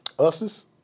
Uses